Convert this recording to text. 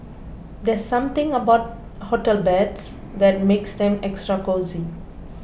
there's something about hotel beds that makes them extra cosy